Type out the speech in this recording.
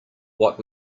what